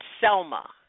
Selma